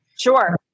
Sure